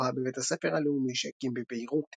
להוראה בבית הספר הלאומי שהקים בבירות.